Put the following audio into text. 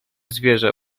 zwierzę